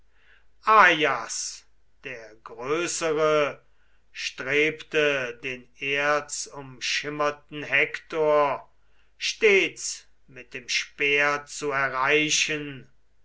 der größere strebte den erzumschimmerten hektor stets mit dem speer zu erreichen